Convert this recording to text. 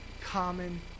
common